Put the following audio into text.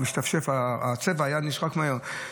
הצבע היה נשחק מהר.